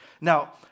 Now